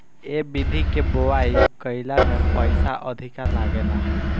ए विधि के बोआई कईला में पईसा अधिका लागेला